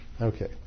Okay